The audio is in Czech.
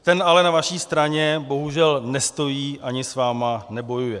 Ten ale na vaší straně bohužel nestojí, ani s vámi nebojuje.